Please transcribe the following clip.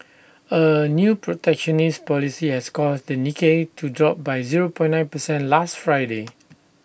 A new protectionist policy has caused the Nikkei to drop by zero per nine percent last Friday